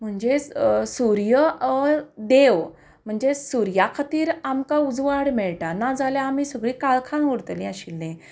म्हणजेच सुर्य हो देव म्हणजे सुर्या खातीर आमकां उजवाड मेळटा ना जाल्यार आमी सगळीं काळखांत उरतलीं आशिल्लीं